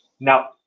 now